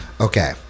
okay